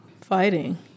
Fighting